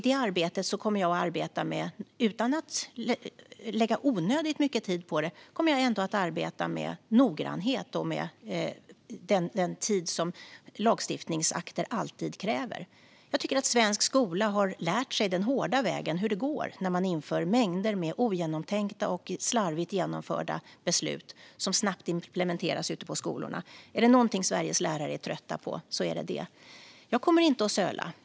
Det arbetet kommer jag - utan att lägga onödigt mycket tid på det - att utföra med noggrannhet och på den tid som lagstiftningsakter alltid kräver. Jag tycker att svensk skola har lärt sig den hårda vägen hur det går när man inför mängder av ogenomtänkta och slarvigt genomförda beslut som snabbt implementeras ute på skolorna. Är det något Sveriges lärare är trötta på är det det. Jag kommer inte att söla.